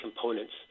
components